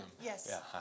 Yes